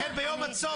התחלנו את סדר-היום.